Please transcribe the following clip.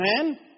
Amen